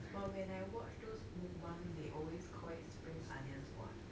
but when I watch those mukbang they always call it spring onions [what]